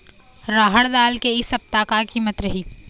रहड़ दाल के इ सप्ता का कीमत रही?